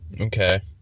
Okay